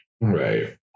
Right